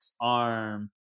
ARM